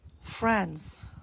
Friends